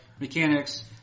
Mechanics